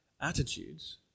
attitudes